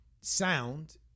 sound